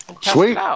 sweet